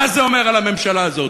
מה זה אומר על הממשלה הזאת?